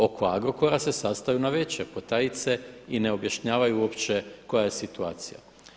Oko Agrokora se sastaju navečer, potajice i ne objašnjavaju uopće koja je situacija.